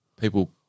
people